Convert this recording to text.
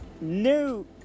new